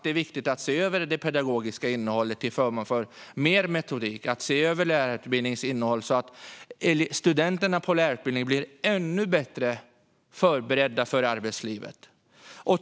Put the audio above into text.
Det är viktigt att se över det pedagogiska innehållet till förmån för mer metodik och att se över innehållet så att studenterna på lärarutbildningen blir ännu bättre förberedda för arbetslivet.